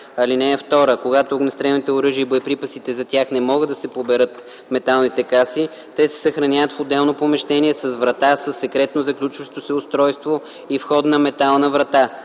(2) Когато огнестрелните оръжия и боеприпасите за тях не могат да се поберат в металните каси, те се съхраняват в отделно помещение с врата със секретно заключващо се устройство и входна метална врата.